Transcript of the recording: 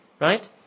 Right